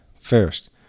First